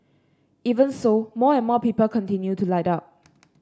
even so more and more people continue to light up